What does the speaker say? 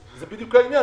זה בדיוק העניין,